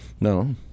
no